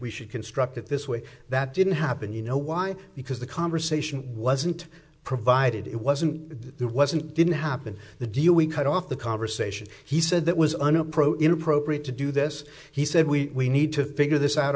we should construct it this way that didn't happen you know why because the conversation wasn't provided it wasn't there wasn't didn't happen the deal we cut off the conversation he said that was an approach inappropriate to do this he said we need to figure this out